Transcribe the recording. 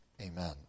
amen